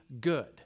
good